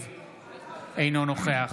אינו נוכח